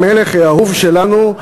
המלך האהוב שלנו,